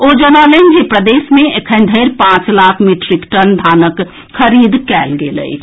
ओ जनौलनि जे प्रदेश मे एखन धरि पांच लाख मीट्रिक टन धानक खरीद कएल गेल अछि